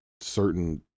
certain